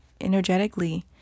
energetically